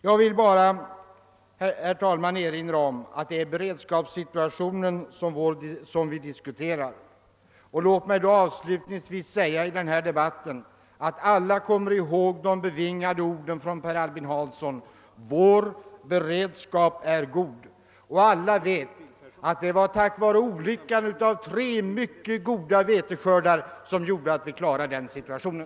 Jag vill bara erinra om att det är beredskapssituationen vi nu diskuterar. Låt mig avslutningsvis i denna debatt erinra om Per Albin Hanssons bevingade ord: »Vår beredskap är god.» Alla vet att det var »olyckan« av tre goda veteskördar som gjorde att vi klarade den situationen.